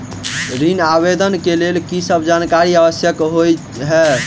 ऋण आवेदन केँ लेल की सब जानकारी आवश्यक होइ है?